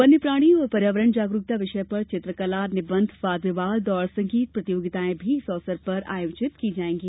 वन्य प्राणी और पर्यावरण जागरूकता विषय पर चित्रकला निबंध वाद विवाद और संगीत प्रतियोगिताएं भी इस अवसर पर आयोजित की जायेंगी